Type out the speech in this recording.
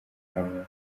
amahanga